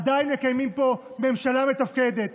ועדיין מקיימים פה ממשלה מתפקדת,